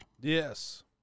yes